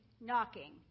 knocking